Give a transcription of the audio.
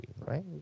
right